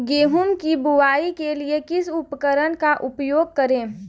गेहूँ की बुवाई के लिए किस उपकरण का उपयोग करें?